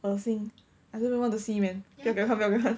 噁心 I don't really want to see man okay 不要看不要看